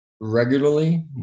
regularly